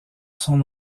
son